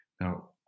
now